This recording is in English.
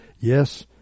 yes